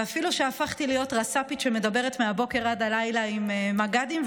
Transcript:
ואפילו שהפכתי להיות רס"פית שמדברת מהבוקר עד הלילה עם מג"דים,